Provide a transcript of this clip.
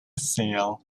sale